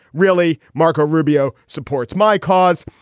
really? marco rubio supports my cause.